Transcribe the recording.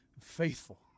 faithful